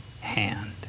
hand